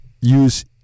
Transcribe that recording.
use